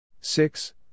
six